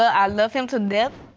i love him to death.